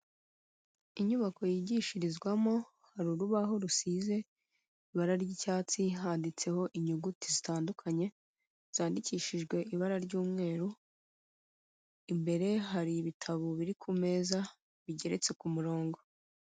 Inyubako yigishirizwamo, hari urubaho rusize ibara ry'icyatsi, handitseho inyuguti zitandukanye, zandikishijwe ibara ry'umweru, imbere hari ibitabo biri ku meza, bigeretse ku murongo.